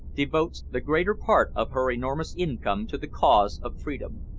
devotes the greater part of her enormous income to the cause of freedom.